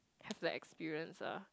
have the experience ah